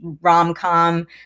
rom-com